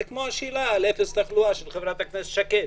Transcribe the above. זו כמו השאלה על אפס תחלואה של חברת הכנסת שקד.